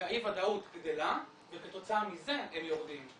ואי הוודאות גדלה וכתוצאה מזה הם יורדים,